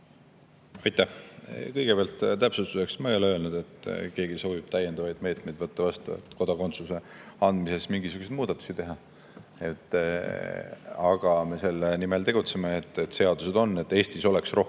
Aitäh! Kõigepealt täpsustuseks: ma ei ole öelnud, et keegi soovib täiendavaid meetmeid võtta, et kodakondsuse andmises mingisuguseid muudatusi teha. Aga me tegutseme selle nimel, et Eestis oleks rohkem